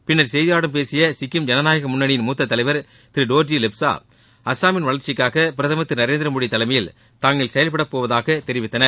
பின்னர் செய்தியாளர்களிடம் பேசிய சிக்கிம் ஜனநாயக முன்னணியின் மூத்த தலைவர் திரு டோர்ஜி லெப்சா அசாமின் வளர்ச்சிக்காக பிரதமர் திரு நரேந்திரமோடி தலைமையில் தாங்கள் செயல்பட போவதாக தெரிவித்தார்